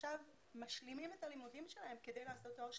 עכשיו הם משלימים את הלימודים שלהם עדי לעשות תואר שלישי.